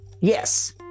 Yes